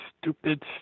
stupid